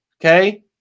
okay